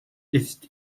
ist